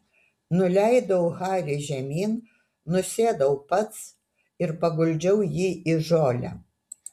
nuleidau harį žemyn nusėdau pats ir paguldžiau jį į žolę